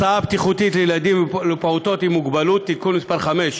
הסעה בטיחותית לילדים ולפעוטות עם מוגבלות (תיקון מס' 5)